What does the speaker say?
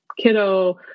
kiddo